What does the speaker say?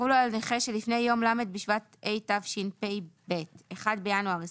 יחולו על נכה שלפני יום ל' בשבט התשפ"ב (1 בינואר 2022)